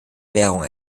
währung